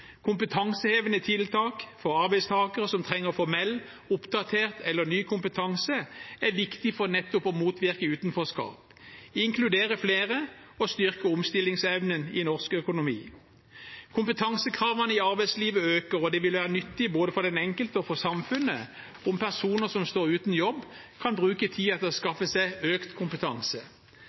Kompetansehevende tiltak for arbeidstakere som trenger formell, oppdatert eller ny kompetanse er viktig for nettopp å motvirke utenforskap, inkludere flere og styrke omstillingsevnen i norsk økonomi. Kompetansekravene i arbeidslivet øker, og det vil være nyttig både for den enkelte og for samfunnet om personer som står uten jobb, kan bruke tiden til å skaffe seg økt kompetanse.